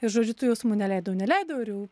ir žodžiu tų jausmų neleidau neleidau ir jau